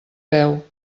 veu